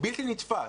בלתי נתפס.